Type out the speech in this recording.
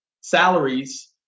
salaries